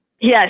Yes